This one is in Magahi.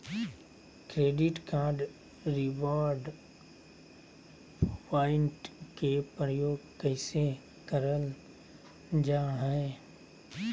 क्रैडिट कार्ड रिवॉर्ड प्वाइंट के प्रयोग कैसे करल जा है?